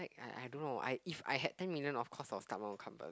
I I don't know I if I had ten million of course I will start will start one company